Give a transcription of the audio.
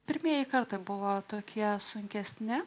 pirmieji kartai buvo tokie sunkesni